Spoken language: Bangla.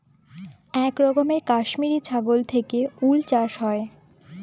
এক রকমের কাশ্মিরী ছাগল থেকে উল চাষ হয়